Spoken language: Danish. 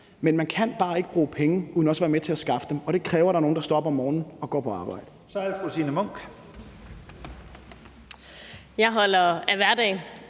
Men man kan bare ikke bruge penge uden også at være med til at skaffe dem, og det kræver, at der er nogle, der står op om morgenen og går på arbejde.